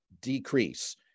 decrease